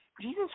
Jesus